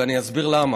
ואני אסביר למה.